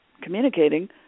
communicating